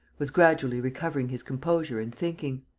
was gradually recovering his composure and thinking.